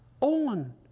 on